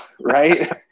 Right